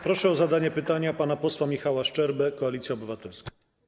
Proszę o zadanie pytania pana posła Michała Szczerbę, Koalicja Obywatelska.